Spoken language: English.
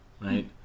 right